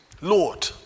Lord